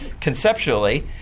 conceptually